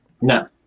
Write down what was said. No